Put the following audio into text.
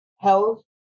health